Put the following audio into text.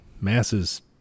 masses